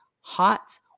hot